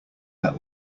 that